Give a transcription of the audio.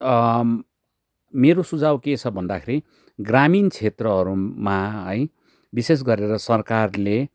मेरो सुझाव के छ भन्दाखेरि ग्रामीण क्षेत्रहरूमा है विशेष गरेर सरकारले